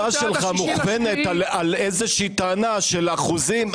ההחלטה שלך מוכוונת על איזה שהיא טענה של אחוזים,